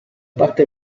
parte